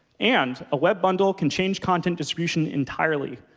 and a web bundle can change content distribution entirely.